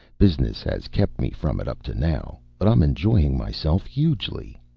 business has kept me from it up to now, but i'm enjoying myself hugely.